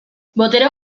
botere